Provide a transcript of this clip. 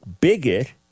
bigot